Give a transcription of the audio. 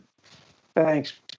thanks